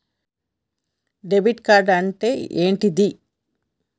Debit card అంటే ఏంటిది?